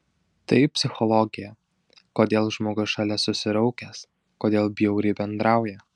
tai psichologija kodėl žmogus šalia susiraukęs kodėl bjauriai bendrauja